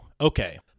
Okay